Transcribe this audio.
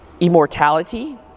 immortality